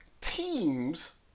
teams